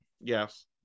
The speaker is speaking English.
Yes